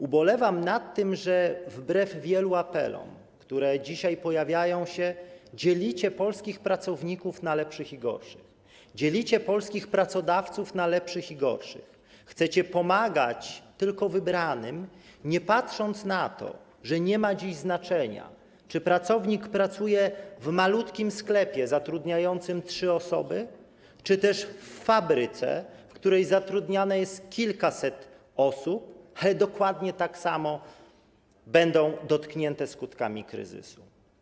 Ubolewam nad tym, że wbrew wielu apelom, które dzisiaj się pojawiają, dzielicie polskich pracowników na lepszych i gorszych, dzielicie polskich pracodawców na lepszych i gorszych, chcecie pomagać tylko wybranym, nie patrząc na to, że nie ma dziś znaczenia, czy pracownik pracuje w malutkim sklepie zatrudniającym trzy osoby, czy też w fabryce, w której zatrudnionych jest kilkaset osób, bo dokładnie tak samo te osoby będą dotknięte skutkami kryzysu.